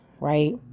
right